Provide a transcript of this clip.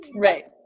Right